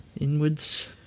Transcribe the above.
inwards